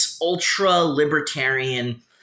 ultra-libertarian –